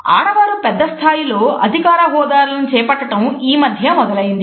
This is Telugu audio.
ఆడవారు పెద్ద స్థాయిలో అధికార హోదాలను చేపట్టడం ఈ మధ్యే మొదలయింది